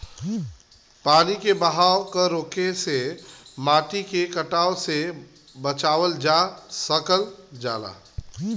पानी के बहाव क रोके से माटी के कटला से बचावल जा सकल जाला